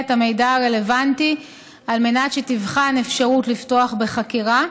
את המידע הרלוונטי על מנת שתבחן אפשרות לפתוח בחקירה,